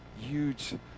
huge